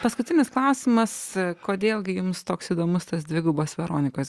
paskutinis klausimas kodėl gi jums toks įdomus tas dvigubas veronikos